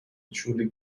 truly